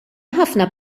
ħafna